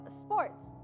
sports